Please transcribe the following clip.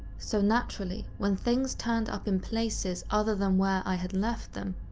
so naturally, when things turned up in places other than where i had left them,